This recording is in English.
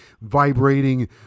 vibrating